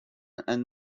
and